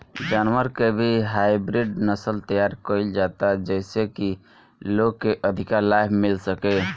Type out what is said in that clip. जानवर के भी हाईब्रिड नसल तैयार कईल जाता जेइसे की लोग के अधिका लाभ मिल सके